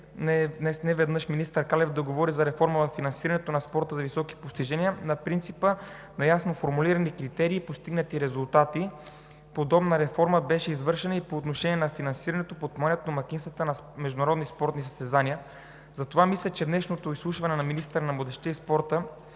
сме чували министър Кралев да говори за реформа във финансирането на спорта за високи постижения на принципа на ясно формулирани критерии и постигнати резултати. Подобна реформа беше извършена и по отношение на финансирането и подпомагането на домакинствата на международни спортни състезания. Затова мисля, че днешното изслушване на министъра на младежта и спорта